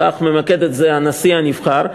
כך ממקד את זה הנשיא הנבחר,